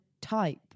type